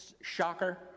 shocker